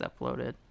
uploaded